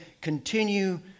continue